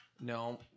no